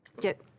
get